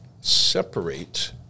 separate